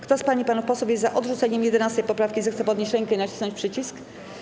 Kto z pań i panów posłów jest za odrzuceniem 11. poprawki, zechce podnieść rękę i nacisnąć przycisk.